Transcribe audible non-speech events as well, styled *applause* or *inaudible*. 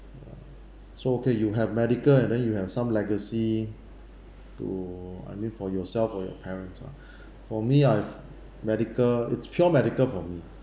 ya so okay you have medical and then you have some legacy to I mean for yourself or your parents uh *breath* for me I've medical it's pure medical for me